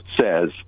says